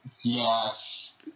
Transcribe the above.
Yes